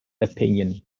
opinion